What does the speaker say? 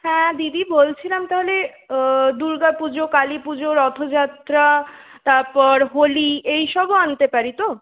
হ্যাঁ দিদি বলছিলাম তাহলে দুর্গাপুজো কালীপুজো রথযাত্রা তারপর হোলি এইসবও আনতে পারি তো